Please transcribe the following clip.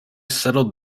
settled